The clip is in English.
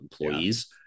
employees